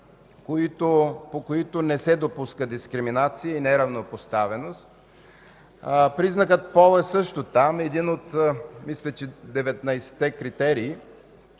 по които не се допуска дискриминация и неравнопоставеност. Признакът „пол” е също там, мисля, че е един от 19-те критерии.